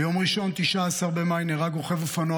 ביום ראשון 19 במאי נהרג רוכב אופנוע